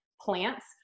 plants